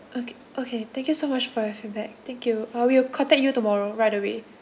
okay okay thank you so much for your feedback thank you uh we'll contact you tomorrow right away